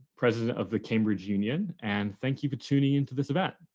president of the cambridge union and thank you for tuning in to this event